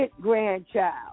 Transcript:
grandchild